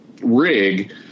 rig